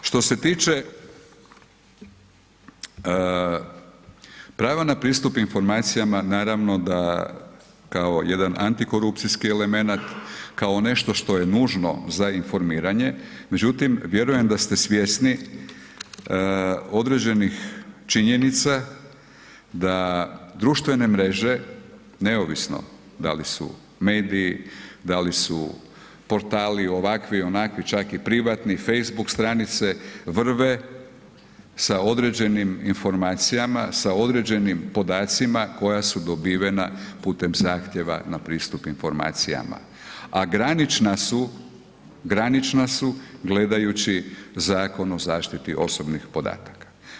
Što se tiče prava na pristup informacijama naravno da kao jedan antikorupcijski elemenat, kao nešto što je nužno za informiranje, međutim vjerujem da ste svjesni određenih činjenica da društvene mreže, neovisno da li su mediji, da li su portali ovakvi, onakvi, čak i privatni, facebook stranice vrve sa određenim informacija, sa određenim podacima koja su dobivena putem zahtjeva na pristup informacijama, a granična su, granična su gledajući Zakon o zaštiti osobnih podataka.